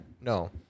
no